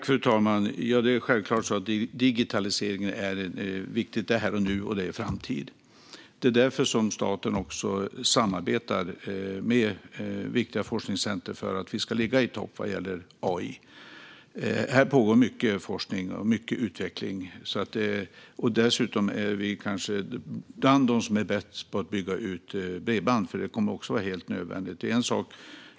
Fru talman! Det är självklart så att digitaliseringen är viktig - det är här och nu, och det är framtiden. Det är därför staten samarbetar med viktiga forskningscentrum för att vi ska ligga i topp vad gäller AI. Här pågår mycket forskning och mycket utveckling. Dessutom är vi kanske bland dem som är bäst på att bygga ut bredband. Detta kommer också att vara helt nödvändigt.